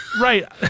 right